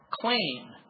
clean